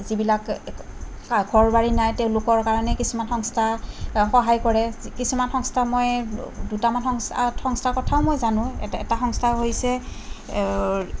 যিবিলাক ঘৰ বাৰী নাই তেওঁলোকৰ কাৰণে কিছুমান সংস্থা সহায় কৰে কিছুমান সংস্থা মই দুটামান সংস্থাৰ কথাও মই জানোঁ এটা সংস্থা হৈছে